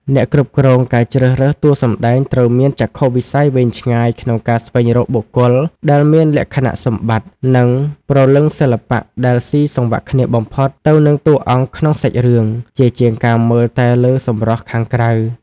អ្នកគ្រប់គ្រងការជ្រើសរើសតួសម្ដែងត្រូវមានចក្ខុវិស័យវែងឆ្ងាយក្នុងការស្វែងរកបុគ្គលដែលមានលក្ខណៈសម្បត្តិ និងព្រលឹងសិល្បៈដែលស៊ីសង្វាក់គ្នាបំផុតទៅនឹងតួអង្គក្នុងសាច់រឿង ជាជាងការមើលតែលើសម្រស់ខាងក្រៅ។